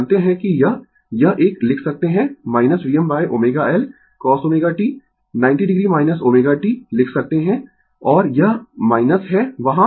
जानते है कि यह यह एक लिख सकते है Vm ω L cosω t 90 o ω t लिख सकते है और यह - है वहां